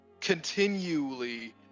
continually